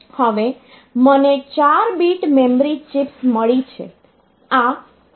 હવે મને 4 bit memory chips મળી છે